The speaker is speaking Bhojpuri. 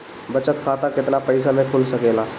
बचत खाता केतना पइसा मे खुल सकेला?